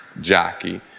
jockey